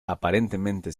aparentemente